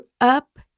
up